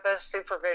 supervision